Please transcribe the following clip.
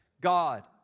God